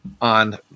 on